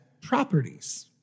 properties